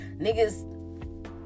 niggas